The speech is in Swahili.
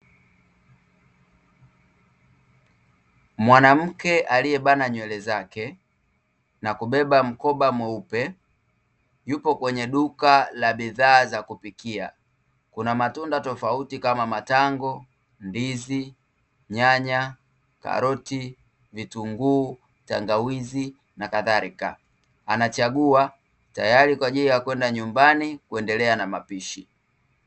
Mwanamke aliyebana nywele zake, na kubeba mkoba mweupe yupo kwenye duka la bidhaa za kupikia, kuna matunda tofauti kama matango, ndizi, nyanya, karoti, vitunguu, tangawizi na kadhalika anachagua tayari kwaajili ya kwenda nyumbani kuendelea na mapishi.